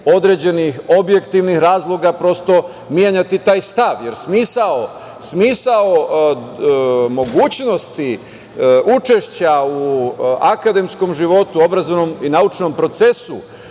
određenih objektivnih razloga, prosto, menjati taj stav, jer smisao mogućnosti učešća u akademskom životu obrazovnom i naučnom procesu,